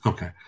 Okay